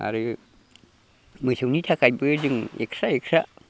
आरो मोसौनि थाखायबो जों एक्सट्रा एक्सट्रा